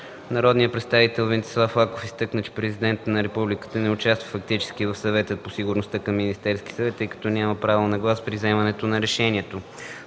Народният представител Венцислав Лаков изтъкна, че Президентът на Републиката не участва фактически в Съвета по сигурността към Министерския съвет, тъй като няма право на глас при вземането на решения.